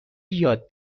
یاد